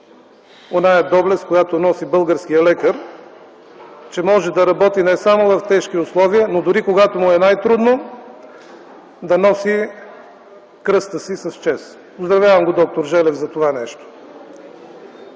оная доблест, която носи българският лекар – че може да работи не само в тежки условия, но дори, когато му е най-трудно, да носи кръста си с чест. Поздравявам д-р Желев за това нещо.